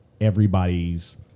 everybody's